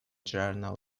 journal